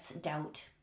doubt